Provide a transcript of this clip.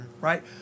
right